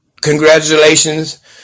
congratulations